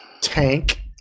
Tank